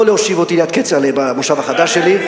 אני מבקש רק לא להושיב אותי ליד כצל'ה במושב החדש שלי,